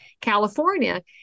California